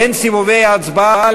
בין סיבובי ההצבעה,